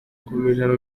ngomijana